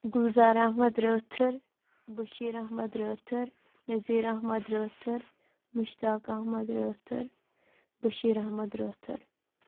Gulzar Ahmad Rather Bashir Ahmad Rather Nazir Ahmad Rather Mushtaq Ahmad Rather Bashir Ahmad Rather